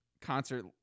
concert